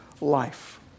life